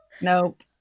Nope